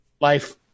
Life